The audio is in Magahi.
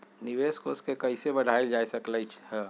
निवेश कोष के कइसे बढ़ाएल जा सकलई ह?